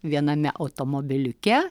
viename automobiliuke